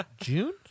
June